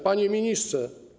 Panie Ministrze!